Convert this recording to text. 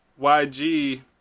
YG